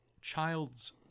Child's